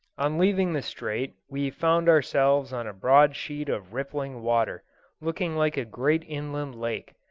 on leaving the strait we found ourselves on a broad sheet of rippling water looking like a great inland lake,